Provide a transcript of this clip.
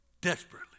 Desperately